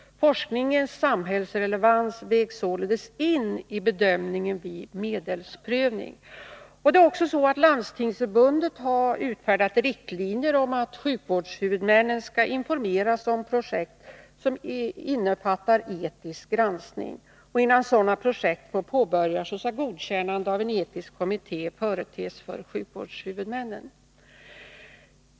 Forskningens samhällsrelevans vägs således in i bedömningen vid medelsprövning. Landstingsförbundet har också utfärdat riktlinjer om att sjukvårdshuvudmännen skall informeras om projekt som innefattar etisk granskning. Innan sådana projekt får påbörjas skall godkännande av en etisk kommitté företes för sjukvårdshuvudmännen.